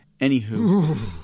Anywho